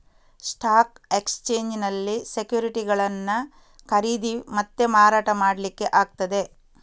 stock ಎಕ್ಸ್ಚೇಂಜಿನಲ್ಲಿ ಸೆಕ್ಯುರಿಟಿಗಳನ್ನ ಖರೀದಿ ಮತ್ತೆ ಮಾರಾಟ ಮಾಡ್ಲಿಕ್ಕೆ ಆಗ್ತದೆ